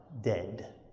dead